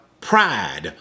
pride